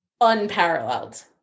unparalleled